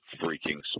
freaking